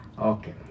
okay